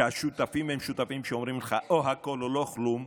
כשהשותפים הם שותפים שאומרים לך: או הכול או לא כלום,